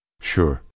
Sure